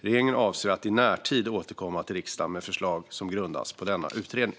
Regeringen avser att i närtid återkomma till riksdagen med förslag som grundas på denna utredning.